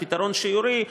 פתרון שיורי,